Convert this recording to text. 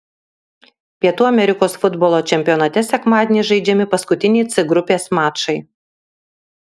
pietų amerikos futbolo čempionate sekmadienį žaidžiami paskutiniai c grupės mačai